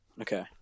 Okay